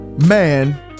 man